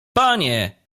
panie